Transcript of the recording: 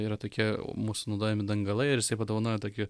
yra tokie mūsų naudojami dangalai ir jisai padovanojo tokį